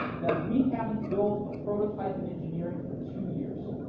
that we haven't built a prototype in engineering for two years.